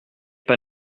pas